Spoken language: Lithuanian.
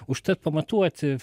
užtat pamatuoti